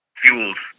fuels